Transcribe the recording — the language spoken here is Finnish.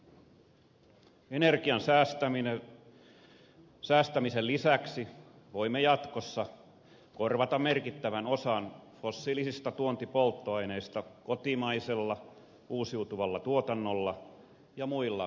energian säästämisen lisäksi voimme jatkossa korvata merkittävän osan fossiilisista tuontipolttoaineista kotimaisella uusiutuvalla tuotannolla ja muilla vaihtoehdoilla